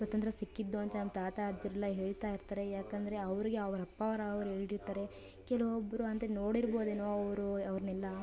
ಸ್ವಾತಂತ್ರ್ಯ ಸಿಕ್ಕಿದ್ದು ಅಂತ ನಮ್ಮ ತಾತ ಅಜ್ಜಿಯರೆಲ್ಲ ಹೇಳ್ತಾ ಇರ್ತಾರೆ ಯಾಕಂದರೆ ಅವ್ರಿಗೆ ಅವ್ರ ಅಪ್ಪವ್ರವ್ರು ಹೇಳ್ದಿರ್ತಾರೆ ಕೆಲವೊಬ್ರು ಅಂತೂ ನೋಡಿರ್ಬೋದೇನೋ ಅವರು ಅವ್ರನ್ನೆಲ್ಲ